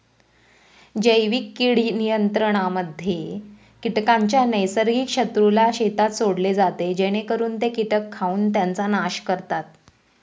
जैविक कीड नियंत्रणामध्ये कीटकांच्या नैसर्गिक शत्रूला शेतात सोडले जाते जेणेकरून ते कीटक खाऊन त्यांचा नाश करतात